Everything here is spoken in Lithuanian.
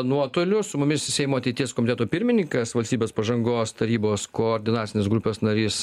nuotoliu su mumis seimo ateities komiteto pirmininkas valstybės pažangos tarybos koordinacinės grupės narys